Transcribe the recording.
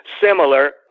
similar